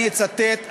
אני אצטט לך,